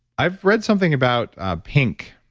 i've read something about ah pink,